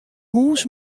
hûs